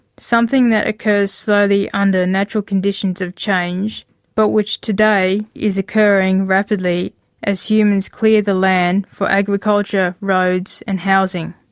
something that occurs so slowly under natural conditions of change but which today is occurring rapidly as humans clear the land for agriculture, roads and housing.